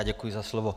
Děkuji za slovo.